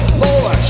more